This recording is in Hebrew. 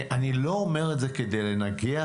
אני לא אומר את זה כדי לנגח.